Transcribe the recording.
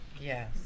Yes